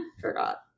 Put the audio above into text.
Forgot